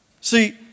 See